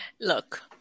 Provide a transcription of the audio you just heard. Look